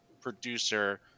producer